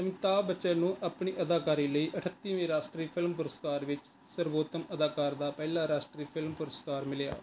ਅਮਿਤਾਭ ਬੱਚਨ ਨੂੰ ਆਪਣੀ ਅਦਾਕਾਰੀ ਲਈ ਅਠੱਤੀਵੇਂ ਰਾਸ਼ਟਰੀ ਫਿਲਮ ਪੁਰਸਕਾਰ ਵਿੱਚ ਸਰਬੋਤਮ ਅਦਾਕਾਰ ਦਾ ਪਹਿਲਾ ਰਾਸ਼ਟਰੀ ਫਿਲਮ ਪੁਰਸਕਾਰ ਮਿਲਿਆ